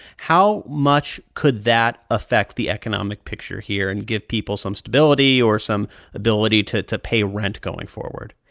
how much could that affect the economic picture here and give people some stability or some ability to to pay rent going forward?